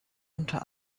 unter